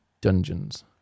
Dungeons